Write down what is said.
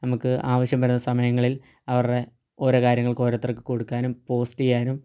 നമുക്ക് ആവശ്യം വരുന്ന സമയങ്ങളിൽ അവരുടെ ഓരോ കാര്യങ്ങൾക്ക് ഓരോരുത്തർക്ക് കൊടുക്കാനും പോസ്റ്റ് ചെയ്യാനും